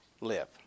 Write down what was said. live